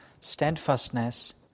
steadfastness